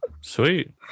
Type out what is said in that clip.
Sweet